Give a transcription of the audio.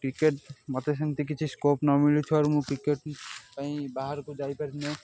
cricket ମୋତେ ସେମିତି କିଛି ସ୍କୋପ ନ ମିଳୁଥିବାରୁ ମୁଁ କ୍ରିକେଟ ପାଇଁ ବାହାରକୁ ଯାଇପାରିନି